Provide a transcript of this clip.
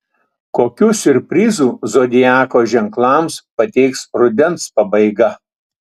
kokių siurprizų zodiako ženklams pateiks rudens pabaiga